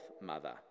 mother